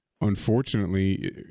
unfortunately